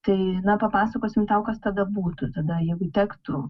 tai na papasakosim tau kas tada būtų tada jeigu tektų